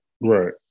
right